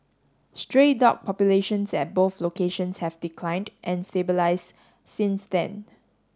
stray dog populations at both locations have declined and stabilised since then